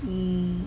um